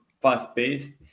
fast-paced